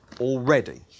already